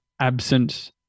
absent